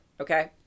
Okay